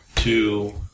Two